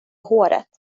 håret